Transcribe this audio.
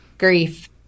grief